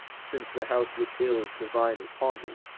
since the house with ills divine is haunted?